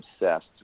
obsessed